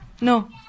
No